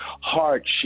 hardship